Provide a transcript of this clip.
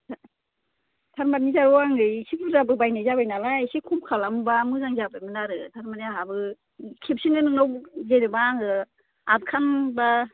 था थारमानि जारौ आङो एसे बुरजाबो बायनाय जाबाय नालाय एसे खम खालामोबा मोजां जागौमोन आरो थारमानि आंहाबो खेबसेनो नोंनाव जेनोबा आङो आथखान बा